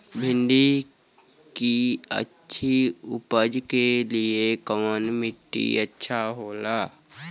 भिंडी की अच्छी उपज के लिए कवन मिट्टी अच्छा होला?